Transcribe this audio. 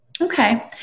Okay